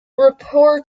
report